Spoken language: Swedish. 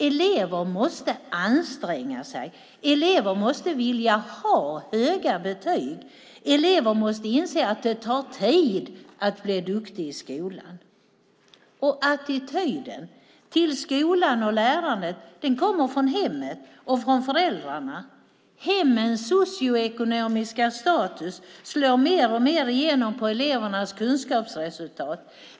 Elever måste anstränga sig och vilja ha höga betyg. Elever måste inse att det tar tid att bli duktig i skolan. Attityden till skolan och lärandet kommer från hemmet och föräldrarna. Hemmens socioekonomiska status slår mer och mer igenom på kunskapsresultat.